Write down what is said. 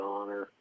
Honor